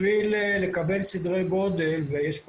בשביל לקבל מושג על סדרי גודל וראיתי פה